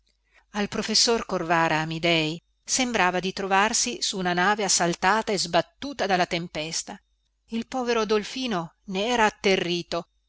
al professor corvara amidei sembrava di trovarsi su una nave assaltata e sbattuta dalla tempesta il povero dolfino nera atterrito